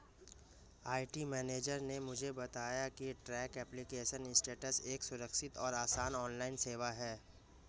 IT manager ने मुझे बताया की ट्रैक एप्लीकेशन स्टेटस एक सुरक्षित और आसान ऑनलाइन सेवा है